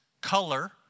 color